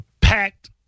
Packed